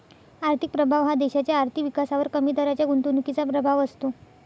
आर्थिक प्रभाव हा देशाच्या आर्थिक विकासावर कमी दराच्या गुंतवणुकीचा प्रभाव असतो